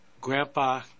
Grandpa